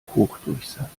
hochdurchsatz